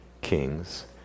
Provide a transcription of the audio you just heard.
kings